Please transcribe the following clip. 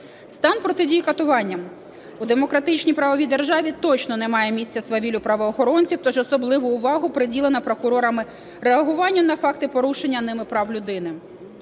Стан протидії катуванням. У демократичній правовій державі точно немає місця свавіллю правоохоронців, тож особливу увагу приділено прокурорами реагуванню на факти порушення ними прав людини.